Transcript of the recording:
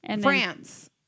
France